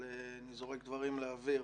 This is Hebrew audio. אבל אני זורק דברים לאוויר.